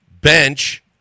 bench